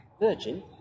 Virgin